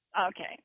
Okay